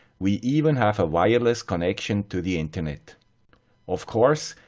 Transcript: we even have a wireless connection to the internet of course,